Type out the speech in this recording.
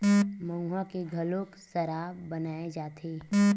मउहा के घलोक सराब बनाए जाथे